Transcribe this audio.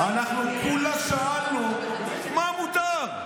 אנחנו כולה שאלנו מה מותר.